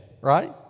right